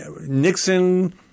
Nixon